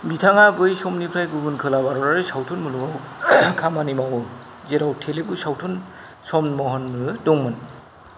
बिथाङा बै समनिफ्राय गुबुन खोला भारतारि सावथुन मुलुगाव खामानि मावो जेराव तेलुगु सावथुन सम महनबो दंमोन